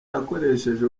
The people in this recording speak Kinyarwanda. yakoresheje